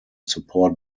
support